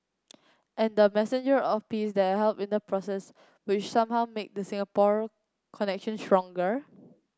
and the messenger of peace that helped in the process which somehow make the Singapore connection stronger